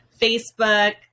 Facebook